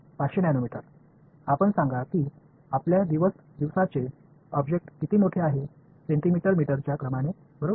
500 nanometre आपण सांगा की आपल्या दिवस दिवसाचे ऑब्जेक्ट किती मोठे आहेत सेंटीमीटर मीटरच्या क्रमाने बरोबर